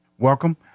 Welcome